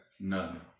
None